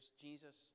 Jesus